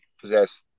possess